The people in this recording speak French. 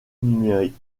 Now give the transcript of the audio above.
numériques